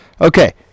Okay